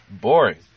boring